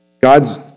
God's